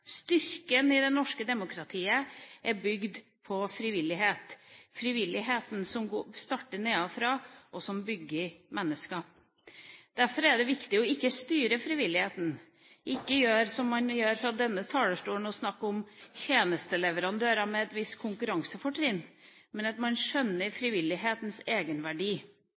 Styrken i det norske demokratiet er bygget på frivillighet – frivillighet som starter nedenfra, og som bygger mennesker. Derfor er det viktig ikke å styre frivilligheten, ikke å gjøre som man gjør fra denne talerstolen: å snakke om tjenesteleverandører med et visst konkurransefortrinn, men at man skjønner frivillighetens egenverdi,